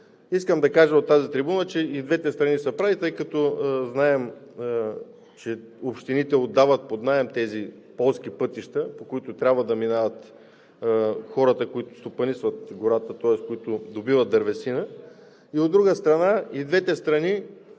Искам да кажа от тази трибуна, че и двете страни са прави, тъй като знаем, че общините отдават под наем тези полски пътища, по които трябва да минават хората, които стопанисват гората, тоест, които добиват дървесина. От друга страна, и двете страни